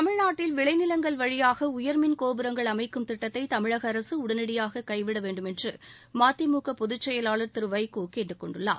தமிழ்நாட்டில் விளை நிலங்கள் வழியாக உயர் மின் கோபுரங்கள் அமைக்கும் திட்டத்தை தமிழக அரசு உடன்டியாக கைவிட வேண்டுமென்று மதிமுக பொதுச் செயலாளர் வைகோ கேட்டுக் கொண்டுள்ளார்